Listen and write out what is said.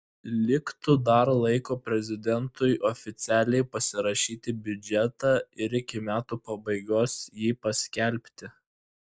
liktų dar laiko prezidentui oficialiai pasirašyti biudžetą ir iki metų pabaigos jį paskelbti